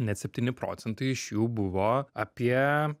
net septyni procentai iš jų buvo apie